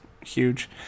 huge